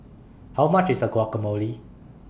How much IS A Guacamole